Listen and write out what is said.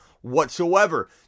whatsoever